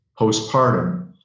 postpartum